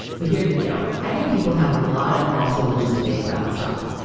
so here's the deal. i think people have a lot of false religious debates about this topic.